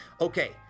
Okay